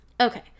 Okay